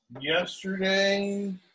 yesterday